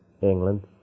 England